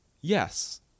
Yes